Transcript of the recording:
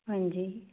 ਹਾਂਜੀ